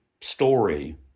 story